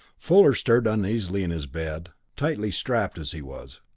fuller stirred uneasily in his bed, tightly strapped as he was.